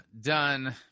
done